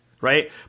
right